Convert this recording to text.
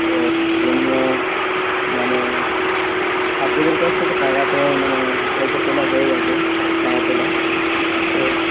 তা সেই জন্য মানে ছাত্রদের কাছ থেকে টাকাটা মানে পয়সা তোলা হয়ে গেছে চাঁদা তোলা তো